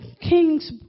king's